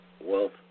wealth